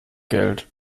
geld